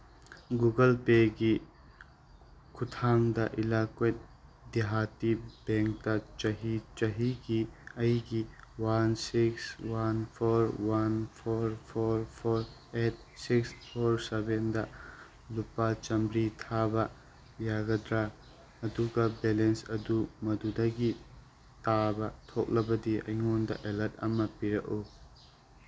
Google ꯄꯦꯒꯤ ꯈꯨꯊꯥꯡꯗ ꯏꯂꯥꯛꯀ꯭ꯋꯦꯠ ꯗꯤꯍꯥꯇꯤꯞ ꯇꯦꯡꯇ ꯆꯍꯤ ꯆꯍꯤꯒꯤ ꯑꯩꯒꯤ one six one four one four four four eight six four ꯁꯚꯦꯟꯗ ꯂꯨꯄꯥ ꯆꯥꯃꯔꯤ ꯊꯥꯕ ꯌꯥꯒꯗ꯭ꯔꯥ ꯑꯗꯨꯒ ꯕꯦꯂꯦꯟꯁ ꯑꯗꯨ ꯃꯗꯨꯗꯒꯤ ꯇꯥꯕ ꯊꯣꯛꯂꯕꯗꯤ ꯑꯩꯉꯣꯟꯗ ꯑꯦꯂꯔꯠ ꯑꯃ ꯄꯤꯔꯛꯎ